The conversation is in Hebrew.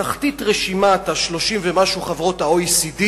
בתחתית רשימת 30 ומשהו חברות ה-OECD,